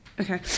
Okay